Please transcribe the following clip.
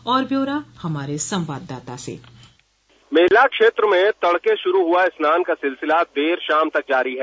और ब्यौरा हमारे संवाददाता से मेला क्षेत्र में तड़के शुरू हुआ स्नान का सिलसिला देर शाम तक जारी है